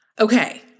Okay